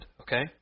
okay